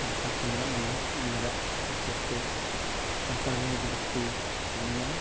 ᱥᱟᱱᱛᱟᱲ ᱠᱚ ᱢᱮᱱᱟᱜ ᱵᱚᱱᱟ ᱚᱱᱟ ᱨᱮᱭᱟᱜ ᱦᱤᱥᱟᱹᱵᱛᱮ ᱥᱟᱱᱛᱟᱲ ᱱᱤᱭᱩᱡᱽ ᱵᱮᱥᱤᱛᱮ ᱞᱤᱧ ᱧᱮᱞᱟ